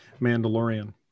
Mandalorian